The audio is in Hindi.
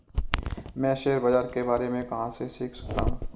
मैं शेयर बाज़ार के बारे में कहाँ से सीख सकता हूँ?